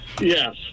Yes